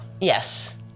yes